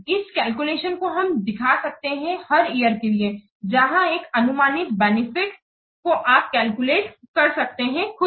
इस कैलकुलेशन को हम दिखा सकते हैं हर ईयर के लिए जहां एक अनुमानित बेनिफिट को आप कैलकुलेट कर सकते हैं खुद